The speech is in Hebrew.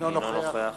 אינו נוכח